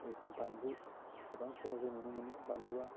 जेरोखोम बानलु गोबां समाव जों नुनो मोनो बानलुवा